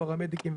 פרמדיקים,